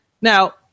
Now